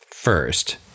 First